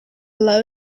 low